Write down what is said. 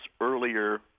earlier